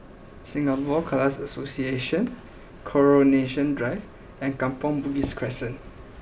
Singapore Khalsa Association Coronation Drive and Kampong Bugis Crescent